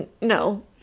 No